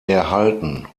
erhalten